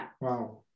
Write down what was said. Wow